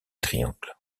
triangles